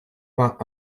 vingt